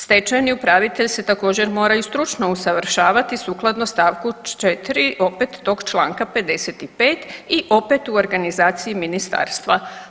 Stečajni upravitelj se također mora i stručno usavršavati sukladno st. 4. opet tog čl. 55. i opet u organizaciji ministarstva.